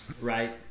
Right